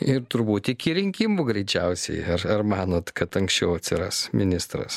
ir turbūt iki rinkimų greičiausiai ar ar manot kad anksčiau atsiras ministras